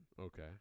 okay